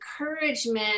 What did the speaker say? encouragement